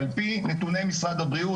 על פי נתוני משרד הבריאות,